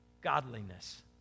godliness